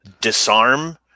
disarm